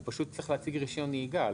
הוא פשוט צריך להציג רישיון נהיגה.